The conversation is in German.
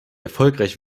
erfolgreich